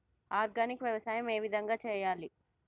Organic వ్యవసాయం ఏ విధంగా చేయాలి?